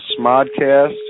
Smodcast